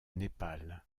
népal